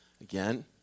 Again